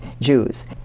Jews